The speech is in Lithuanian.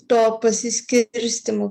to pasiskirstymo